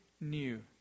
new